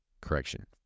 Correction